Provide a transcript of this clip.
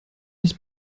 das